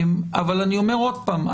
אבל אני אומר עוד פעם,